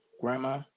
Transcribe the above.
grandma